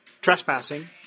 trespassing